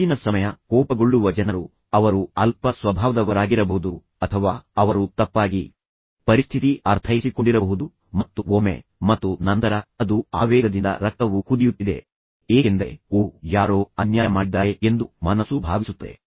ಹೆಚ್ಚಿನ ಸಮಯ ಕೋಪಗೊಳ್ಳುವ ಜನರು ಅವರು ಅಲ್ಪ ಸ್ವಭಾವದವರಾಗಿರಬಹುದು ಅಥವಾ ಅವರು ತಪ್ಪಾಗಿ ಪರಿಸ್ಥಿತಿ ಅರ್ಥೈಸಿಕೊಂಡಿರಬಹುದು ಮತ್ತು ಒಮ್ಮೆ ಮತ್ತು ನಂತರ ಅದು ಆವೇಗದಿಂದ ರಕ್ತವು ಕುದಿಯುತ್ತಿದೆ ಏಕೆಂದರೆ ಓ ಯಾರೋ ನಿಮಗೆ ಘೋರ ಅನ್ಯಾಯ ಮಾಡಿದ್ದಾರೆ ಎಂದು ಮನಸ್ಸು ಭಾವಿಸುತ್ತದೆ